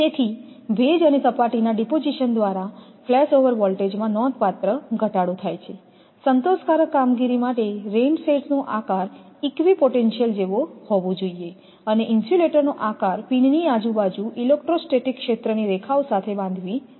તેથી ભેજ અને સપાટીના ડીપોઝીશન દ્વારા ફ્લેશ ઓવર વોલ્ટેજમાં નોંધપાત્ર ઘટાડો થાય છે સંતોષકારક કામગીરી માટે રેઇન શેડ્સનો આકાર ઈકવીપોટેન્શિયલન જેવો હોવો જોઈએ અને ઇન્સ્યુલેટરનો આકાર પિનની આજુબાજુ ઇલેક્ટ્રોસ્ટેટિક ક્ષેત્રની રેખાઓ સાથે બાંધવી જોઈએ